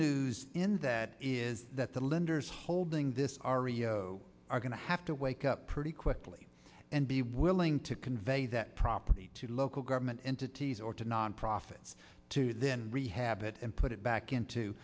news in that is that the lenders holding this ario are going to have to wake up pretty quickly and be willing to convey that property to local government entities or to non profits to then rehab it and put it back into